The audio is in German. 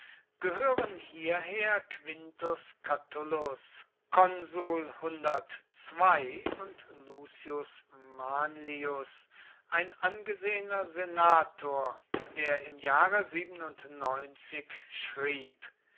gehören hierher quintus catulus und lucius manlius ein angesehener senator der im jahre schrieb